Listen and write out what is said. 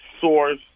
source